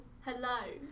Hello